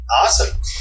awesome